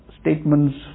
statements